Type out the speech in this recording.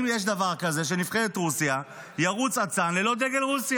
אם יש דבר כזה שבנבחרת רוסיה ירוץ אצן ללא דגל רוסיה.